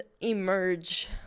emerge